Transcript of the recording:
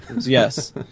Yes